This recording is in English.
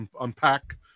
unpack